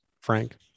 Frank